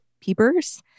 peepers